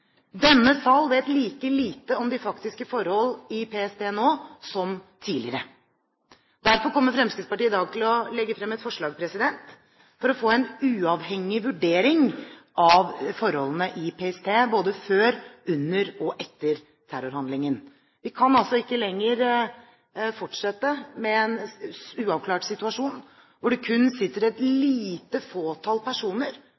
Denne sal vet like lite om de faktiske forhold i PST nå som tidligere. Derfor kommer Fremskrittspartiet i dag til å legge frem et forslag for å få en uavhengig vurdering av forholdene i PST både før, under og etter terrorhandlingen. Vi kan altså ikke lenger fortsette å ha en uavklart situasjon, hvor det kun er et fåtall personer